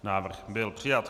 Návrh byl přijat.